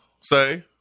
say